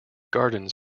gardens